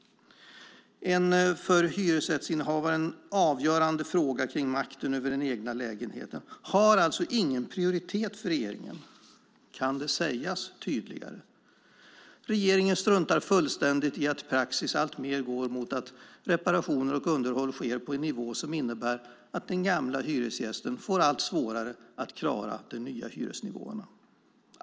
En för hyresrättsinnehavaren avgörande fråga kring makten över den egna lägenheten har alltså ingen prioritet för regeringen. Kan det sägas tydligare? Regeringen struntar fullständigt i att praxis alltmer går mot att reparationer och underhåll sker på en nivå som innebär att den gamla hyresgästen får allt svårare att klara de nya hyresnivåerna.